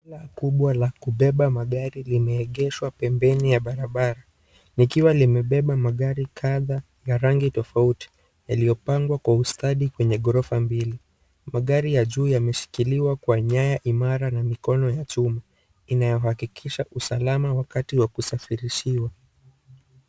Gari kubwa la kubeba magari limeegeshwa pembeni ya barabara likiwa limebeba magari kadha ya rangi tofauti yaliyopangwa kwa ustadi kwenye ghorofa mbili. Magari ya juu yameshikiliwa kwa nyaya imara na mikono ya chuma inayohakikisha usalama wakati wa kusafirishiwa.